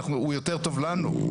הוא יותר טוב לנו,